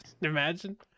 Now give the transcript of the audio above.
imagine